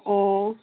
অঁ